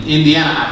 Indiana